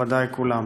מכובדי כולם,